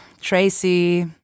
Tracy